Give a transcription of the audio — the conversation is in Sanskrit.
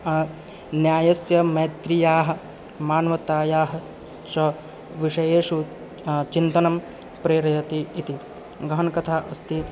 न्यायस्य मैत्रीयाः मानवतायाः च विषयेषु चिन्तनं प्रेरयति इति गगनकथा अस्ति